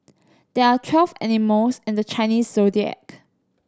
there are twelve animals in the Chinese Zodiac